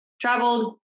traveled